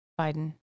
Biden